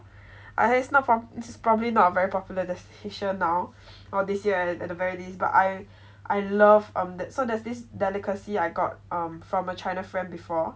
I it's not from this is probably not a very popular destination now or this year at the very least but I I love um that so does this delicacy I got um from a china friend before